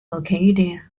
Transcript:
located